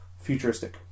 futuristic